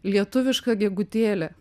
lietuviška gegutėlė